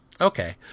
Okay